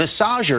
massager